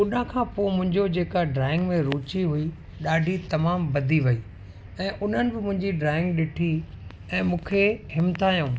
ओॾा खां पोइ मुंहिंजो जेका ड्राइंग में रुचि हुई ॾाढी तमामु वधी वई ऐं उन्हनि बि मुंहिंजी ड्राइंग ॾिठी ऐं मूंखे हिमतायऊं